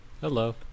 Hello